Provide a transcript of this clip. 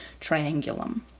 Triangulum